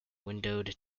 windowed